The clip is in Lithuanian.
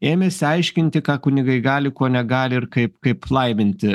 ėmėsi aiškinti ką kunigai gali ko negali ir kaip kaip laiminti